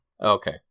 Okay